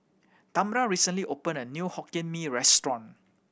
Tamra recently opened a new Hokkien Mee restaurant